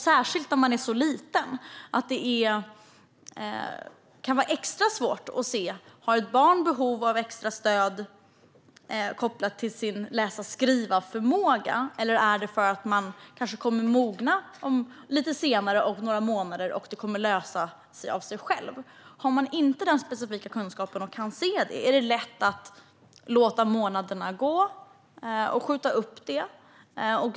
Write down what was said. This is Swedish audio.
Särskilt när det gäller ett litet barn kan det vara extra svårt att se om det finns behov av extra stöd kopplat till förmågan att läsa och skriva, eller om barnet kommer att mogna om några månader så att det löser sig av sig självt. Har man inte den specifika kunskapen och kan se detta är det lätt att skjuta upp det och låta månaderna gå.